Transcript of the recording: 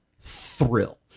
thrill